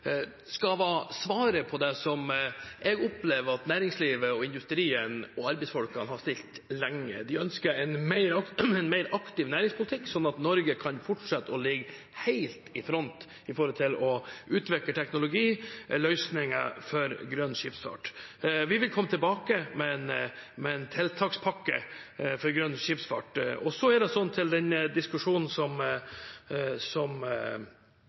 skal svare på det ønsket jeg opplever at næringslivet, industrien og arbeidsfolk har kommet med lenge. De ønsker en mer aktiv næringspolitikk, slik at Norge kan fortsette å ligge helt i front med å utvikle teknologiske løsninger for grønn skipsfart. Vi vil komme tilbake med en tiltakspakke for grønn skipsfart. Når det gjelder diskusjonen knyttet til et internasjonalt CO 2 -avgiftsfond, som